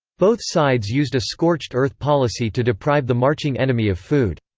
both sides used a scorched earth policy to deprive the marching enemy of food.